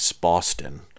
Boston